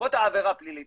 בעקבות העבירה הפלילית